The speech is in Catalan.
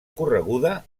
correguda